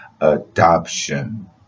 adoption